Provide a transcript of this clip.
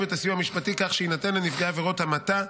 את הסיוע המשפטי כך שיינתן לנפגעי עבירות המתה,